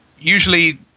usually